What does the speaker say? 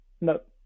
Nope